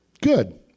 good